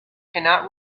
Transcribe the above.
cannot